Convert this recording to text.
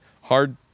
hard